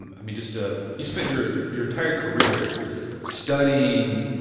and i mean just to, you spent your your entire career studying,